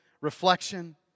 reflection